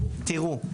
תראו,